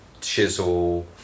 Chisel